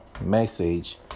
message